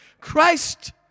Christ